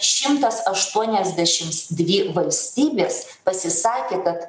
šimtas aštuoniasdešims dvi valstybės pasisakė kad